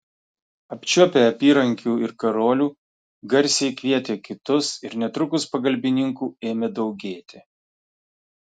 apčiuopę apyrankių ir karolių garsiai kvietė kitus ir netrukus pagalbininkų ėmė daugėti